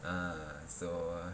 ah so